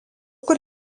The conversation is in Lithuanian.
kur